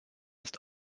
ist